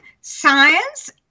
science